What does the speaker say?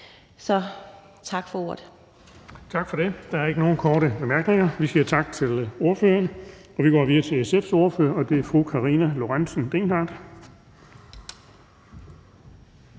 Den fg. formand (Erling Bonnesen): Der er ikke nogen korte bemærkninger, så vi siger tak til ordføreren. Vi går videre til SF's ordfører, og det er fru Karina Lorentzen Dehnhardt.